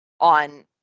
on